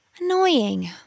Annoying